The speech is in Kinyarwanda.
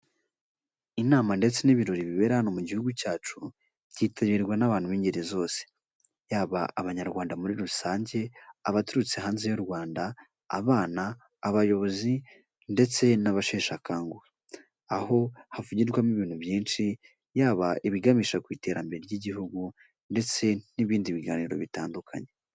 Inama ndetse n'ibirori bibera hano mu gihugu cyacu, byitarirwa n'abantu b'ingeri zose: yaba abanyarwanda muri rusange, abaturutse hanze y'u Rwanda, abana, abayobozi ndetse n'abasheshakangu. Aho havugirwamo ibintu byinshi, yaba ibiganisha ku iterambere ry'igihugu ndetse n'ibindi biganiro bitandukanye.